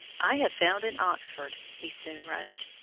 i have found in oxford, he soon wrote,